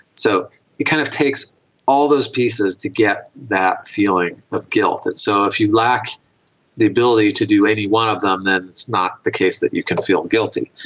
so it kind of takes all those pieces to get that feeling of guilt. and so if you lack the ability to do any one of them then it's not the case that you can feel guilty.